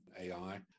AI